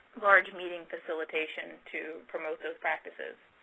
large meeting facilitation to promote those practices.